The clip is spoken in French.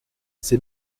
ces